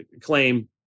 claim